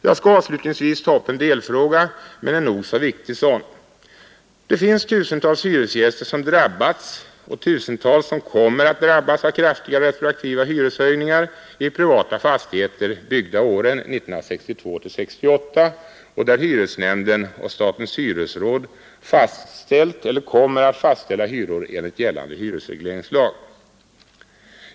Jag skall avslutningsvis ta upp en delfråga, men en nog så viktig sådan. Det finns tusentals hyresgäster som drabbats och tusentals som kommer att drabbas av kraftiga retroaktiva hyreshöjningar i privata fastigheter byggda åren 1962-1968 och där hyresnämnden och statens hyresråd fastställt eller kommer att fastställa hyror enligt gällande hyresreglering.